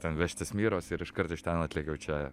ten vežtis miros ir iškart iš ten atlėkiau čia